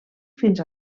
fins